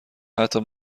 حتی